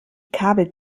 kabel